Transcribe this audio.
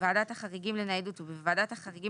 בוועדת החריגים לניידות ובוועדת החריגים